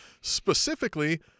Specifically